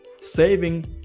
saving